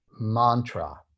mantra